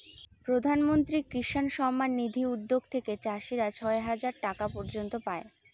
প্রধান মন্ত্রী কিষান সম্মান নিধি উদ্যাগ থেকে চাষীরা ছয় হাজার টাকা পর্য়ন্ত পাই